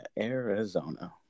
Arizona